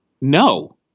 no